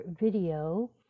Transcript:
video